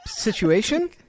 Situation